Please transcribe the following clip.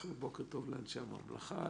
בוקר טוב לאנשי הממלכה,